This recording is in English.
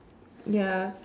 ya